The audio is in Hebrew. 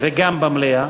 וגם במליאה.